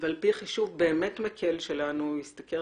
ועל פי חישוב באמת מקל שלנו הוא השתכר